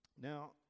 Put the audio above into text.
Now